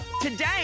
Today